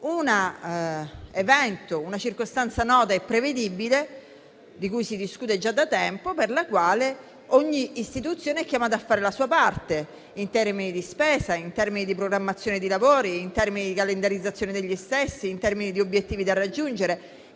un evento e di una circostanza noti e prevedibili, di cui si discute già da tempo. Ed ogni istituzione è chiamata a fare la sua parte in termini di spesa, in termini di programmazione dei lavori e in termini di calendarizzazione degli stessi, in termini di obiettivi da raggiungere,